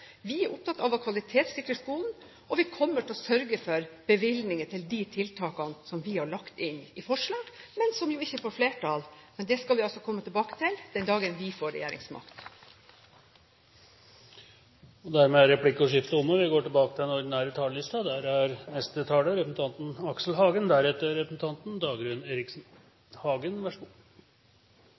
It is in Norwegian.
Vi er opptatt av å kvalitetssikre skolen, og vi kommer til å sørge for bevilgninger til de tiltakene som vi har lagt inn i forslag, men som jo ikke får flertall. Men det skal vi altså komme tilbake til den dagen vi får regjeringsmakt. Replikkordskiftet er omme. Som jeg sikkert har sagt mange ganger tidligere fra denne talerstolen, er jeg glad i stortingsmeldinger og tilhørende komitéinnstillinger. De er